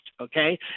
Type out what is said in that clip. okay